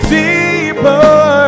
deeper